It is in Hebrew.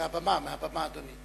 אדוני, מהבמה.